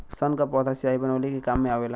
सन क पौधा स्याही बनवले के काम मे आवेला